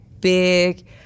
big